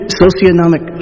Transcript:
socioeconomic